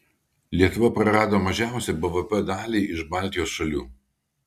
lietuva prarado mažiausią bvp dalį iš baltijos šalių